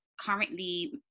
currently